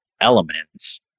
elements